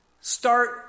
Start